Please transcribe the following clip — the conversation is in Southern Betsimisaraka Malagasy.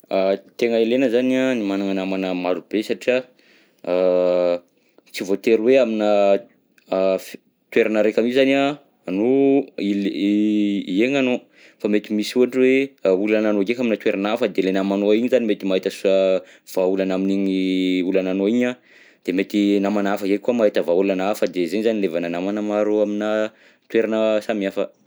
Tegna ilegna zany an ny managna namana marobe, satria tsy voatery hoe aminà fi- toerana raika mi zany an no ile- iaignanao, fa mety misy ohatra hoe olanagnao ndreka aminà toerana hafa de ilay namanao igny zany mety mahita so- an vahaolana amin'igny olananao iny an, de mety namana hafa ndreky koa mahita vahaolana hafa de izay zany ilevana namana maro aminà toerana samihafa.